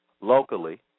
Locally